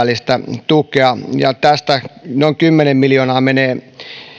miljoonaa on kahdenvälistä tukea tästä noin kymmenen miljoonaa menee